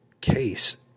case